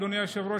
אדוני היושב-ראש,